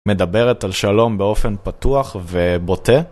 מדברת על שלום באופן פתוח ובוטה.